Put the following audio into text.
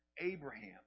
Abraham